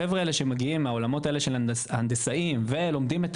החבר'ה האלה שמגיעים מהעולמות של הנדסאים ולומדים את